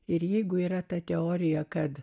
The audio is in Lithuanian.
ir jeigu yra ta teorija kad